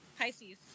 Pisces